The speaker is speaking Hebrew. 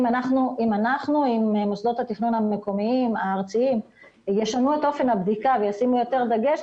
אם מוסדות התכנון הארציים ישנו את אופן הבדיקה וישימו יותר דגש,